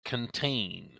contained